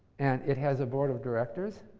and it has a board of directors.